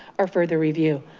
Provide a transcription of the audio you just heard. or further review.